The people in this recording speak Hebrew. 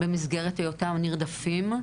במסגרת היותם נרדפים.